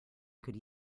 could